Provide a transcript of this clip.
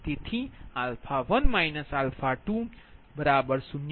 તેથી 1 2 0